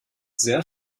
sehr